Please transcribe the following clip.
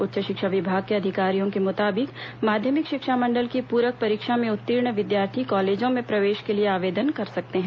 उच्च शिक्षा विभाग के अधिकारियों के मुताबिक माध्यमिक शिक्षा मंडल की पूरक परीक्षा में उत्तीर्ण विद्यार्थी कॉलेजों में प्रवेश के लिए आवेदन कर सकते हैं